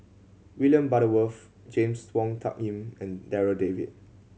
William Butterworth James Wong Tuck Yim and Darryl David